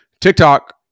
tiktok